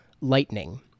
Lightning